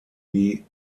die